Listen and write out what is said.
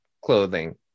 clothing